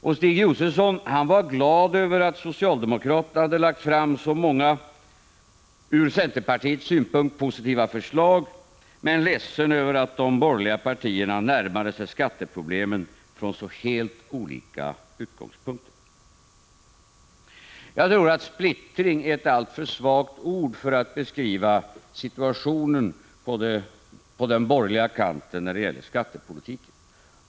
Och Stig Josefson var glad över att socialdemokraterna lagt fram så många från centerpartiets synpunkt positiva förslag men ledsen över att de borgerliga partierna närmade sig skatteproblemen från så helt olika utgångspunkter. Jag tror att splittring är ett alltför svagt ord för att beskriva situationen på den borgerliga kanten när det gäller skattepolitiken.